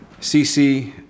CC